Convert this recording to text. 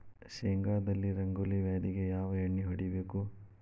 ಶೇಂಗಾದಲ್ಲಿ ರಂಗೋಲಿ ವ್ಯಾಧಿಗೆ ಯಾವ ಎಣ್ಣಿ ಹೊಡಿಬೇಕು?